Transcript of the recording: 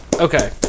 Okay